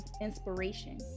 inspiration